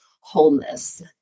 wholeness